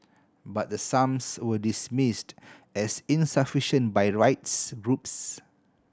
but the sums were dismissed as insufficient by rights groups